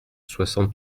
soixante